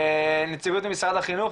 נציגות משרד החינוך,